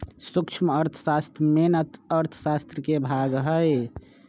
सूक्ष्म अर्थशास्त्र मेन अर्थशास्त्र के भाग हई